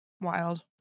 wild